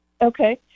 Okay